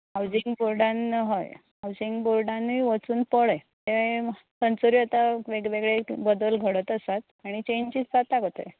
housing बोर्डान हय housing बोर्डानूय वचून पळय तें थंयसरूय आसा वेगळे वेगळे बदल घडत आसात आनी चेंजीस जाता गो थंय